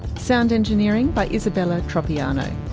sound engineering by isabella tropiano.